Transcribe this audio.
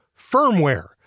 firmware